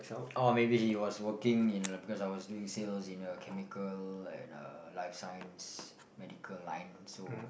oh maybe he was working in because I was doing sales in uh chemical and uh life sciences medical line so